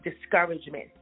discouragement